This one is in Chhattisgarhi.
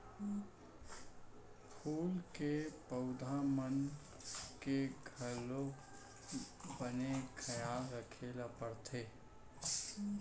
फूल के पउधा मन के घलौक बने खयाल राखे ल परथे